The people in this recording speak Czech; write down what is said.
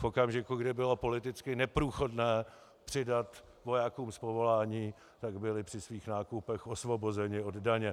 V okamžiku, kdy bylo politicky neprůchodné přidat vojákům z povolání, tak byli při svých nákupech osvobozeni od daně.